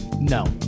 No